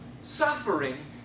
suffering